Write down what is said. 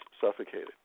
suffocated